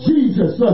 Jesus